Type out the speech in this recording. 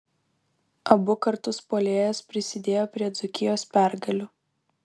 abu kartus puolėjas prisidėjo prie dzūkijos pergalių